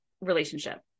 relationship